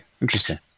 interesting